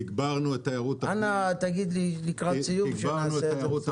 תגברנו את תיירות הפנים וגם ייצא בקרוב